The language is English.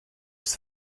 his